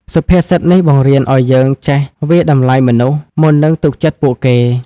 សុភាសិតនេះបង្រៀនឱ្យយើងចេះ វាយតម្លៃមនុស្ស មុននឹងទុកចិត្តពួកគេ។